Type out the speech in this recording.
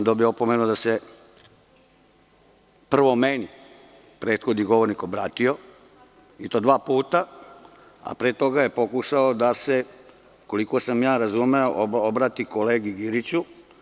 Dobio sam opomenu da se prvo meni prethodni govornik obratio i to dva puta, a pre toga je pokušao da se, koliko sam razumeo, obrati kolegi Giriću.